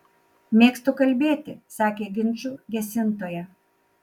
mėgstu kalbėti sakė ginčų gesintoja